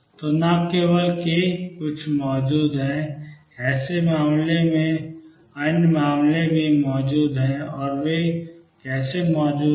तो न केवल k कुछ मौजूद है ऐसे मामले में अन्य मामले भी मौजूद हैं और वे कैसे मौजूद हैं